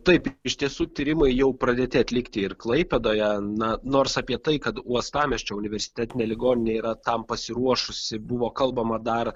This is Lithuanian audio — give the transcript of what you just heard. taip iš tiesų tyrimai jau pradėti atlikti ir klaipėdoje na nors apie tai kad uostamiesčio universitetinė ligoninė yra tam pasiruošusi buvo kalbama dar